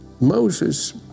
Moses